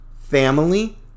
family